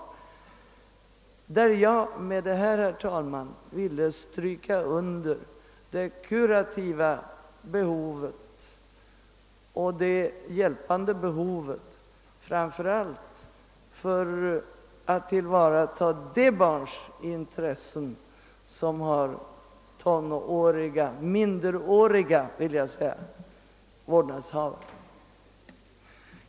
I detta sammanhang vill jag understryka behovet av kurativ verksamhet och hjälp framför allt för att tillvarataga de barns intressen som har minderåriga vårdnadshavare.